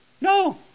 No